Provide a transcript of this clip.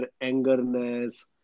angerness